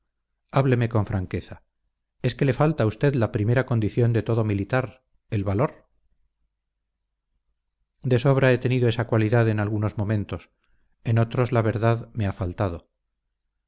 hábleme con franqueza es que le falta a usted la primera condición de todo militar el valor de sobra he tenido esa cualidad en algunos momentos en otros la verdad me ha faltado